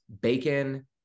bacon